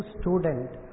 student